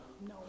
No